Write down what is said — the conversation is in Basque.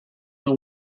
edo